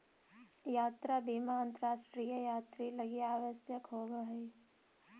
यात्रा बीमा अंतरराष्ट्रीय यात्रि लगी आवश्यक होवऽ हई